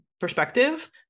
perspective